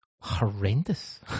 horrendous